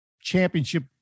championship